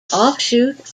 offshoot